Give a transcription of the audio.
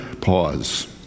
pause